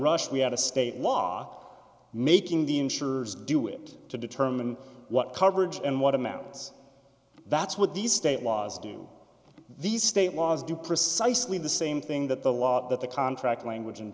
a state law making the insurers do it to determine what coverage and what amounts that's what these state laws do these state laws do precisely the same thing that the law that the contract language and